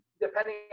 depending